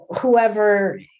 whoever